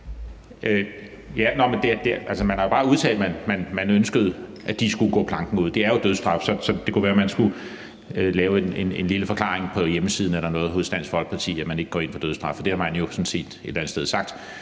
Man har jo bare udtalt, at man ønskede, at de skulle gå planken ud. Det er jo en dødsstraf, så det kunne være, man skulle lave en lille forklaring på hjemmesiden eller noget hos Dansk Folkeparti om, at man ikke går ind for dødsstraf. For det har man jo sådan set et eller andet sted sagt.